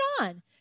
on